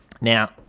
Now